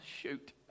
shoot